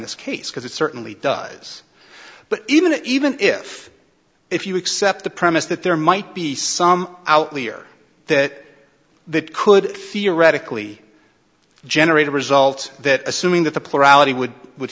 this case because it certainly does but even if even if if you accept the premise that there might be some outlier that that could theoretically generate a result that assuming that the plurality would would